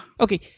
Okay